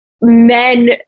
men